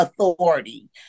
authority